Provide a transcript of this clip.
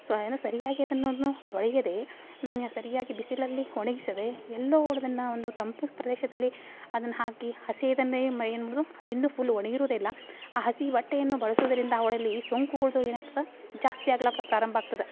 so ಏನು ಸರಿಯಾಗಿ ಅದುನ್ನು ತೊಳೆಯದೆ ಸರಿಯಾಗಿ ಬಿಸಿಲಲ್ಲಿ ಒಣಗಿಸದೆ ಎಲ್ಲೋ ಅವ್ಳು ಅದನ್ನು ಒಂದು ತಂಪು ಪ್ರದೇಶದಲ್ಲಿ ಅದನ್ನು ಹಾಕಿ ಹಸಿಯದನ್ನೇ ಏನು ಮಾಡೋದು ಅದು ಇನ್ನೂ ಫುಲ್ ಒಣಗಿರೋದೆ ಇಲ್ಲ ಆ ಹಸಿ ಬಟ್ಟೆಯನ್ನು ಬಳಸೋದರಿಂದ ಅವಳಲ್ಲಿ ಸೋಂಕುಗಳದ್ದು ಏನಾಗ್ತದೆ ಜಾಸ್ತಿ ಆಗ್ಲಿಕ್ಕೆ ಪ್ರಾರಂಭ ಆಗ್ತದೆ